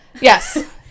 yes